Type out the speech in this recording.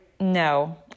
no